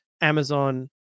Amazon